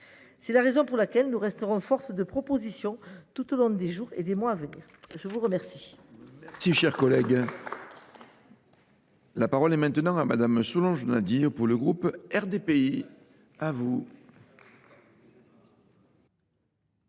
C’est la raison pour laquelle nous resterons force de proposition tout au long des jours et mois à venir. La parole